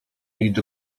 mieli